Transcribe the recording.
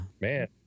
man